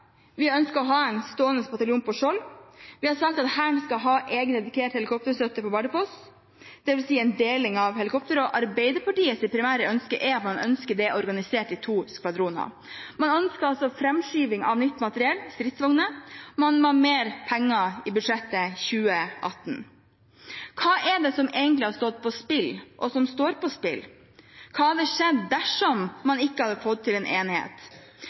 Vi ønsket å ha en stående bataljon på Skjold. Vi har sagt at Hæren skal ha egen dedikert helikopterstøtte på Bardufoss, dvs. en deling av helikoptrene. Arbeiderpartiets primære ønske er at man ønsker det organisert i to skvadroner. Man ønsker altså framskynding av nytt materiell, stridsvogner – man må ha mer penger i budsjettet 2018. Hva er det egentlig som har stått på spill, og som står på spill? Hva hadde skjedd dersom man ikke hadde fått til en